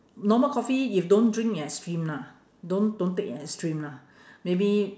normal coffee you don't drink in extreme lah don't don't take in extreme lah maybe